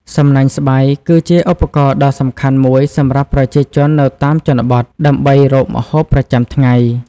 សំណាញ់ស្បៃ គឺជាឧបករណ៍ដ៏សំខាន់មួយសម្រាប់ប្រជាជននៅតាមជនបទ ដើម្បីរកម្ហូបប្រចាំថ្ងៃ។